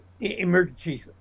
emergency